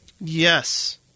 Yes